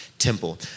temple